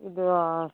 ಇದೂ